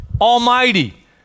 Almighty